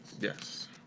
Yes